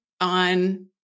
on